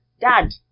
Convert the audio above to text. dad